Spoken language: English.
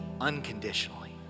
unconditionally